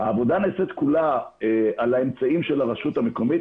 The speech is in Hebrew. העבודה נעשית כולה על האמצעים של הרשות המקומית,